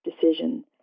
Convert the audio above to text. decision